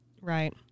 right